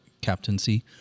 captaincy